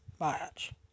match